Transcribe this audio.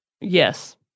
yes